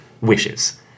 wishes